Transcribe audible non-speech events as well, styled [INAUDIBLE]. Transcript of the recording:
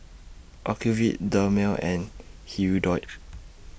[NOISE] Ocuvite Dermale and Hirudoid